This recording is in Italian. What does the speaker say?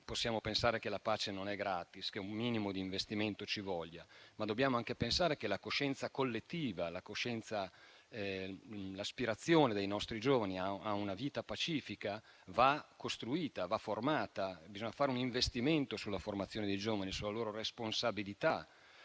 possiamo pensare che la pace sia gratis, un minimo di investimento è necessario, e dobbiamo anche pensare che la coscienza collettiva, l'aspirazione dei nostri giovani ad una vita pacifica, va costruita, va formata. Bisogna fare un investimento sulla formazione dei giovani, sulla loro responsabilità,